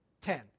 ten